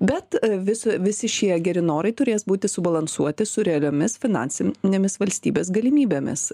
bet vis visi šie geri norai turės būti subalansuoti su realiomis finansinėmis valstybės galimybėmis